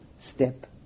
step